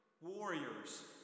warriors